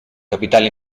capitale